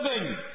living